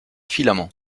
filaments